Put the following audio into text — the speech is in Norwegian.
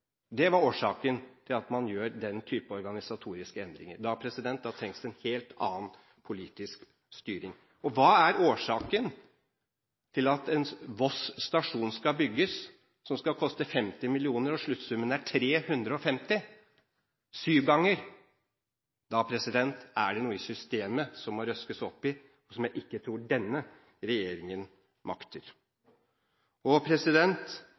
Det var årsaken til at man gjorde den typen organisatoriske endringer. Da trengs det en helt annen politisk styring. Og hva er årsaken til at en Voss stasjon skal bygges, som skal koste 50 mill. kr, og så er sluttsummen 350 mill. kr – syv ganger mer. Da er det noe med systemet som det må røskes opp i, som jeg ikke tror denne regjeringen makter. Og